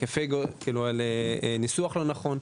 על ניסוח שהוא לא נכון.